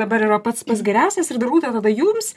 dabar yra pats geriausias ir turbūt ir tada jums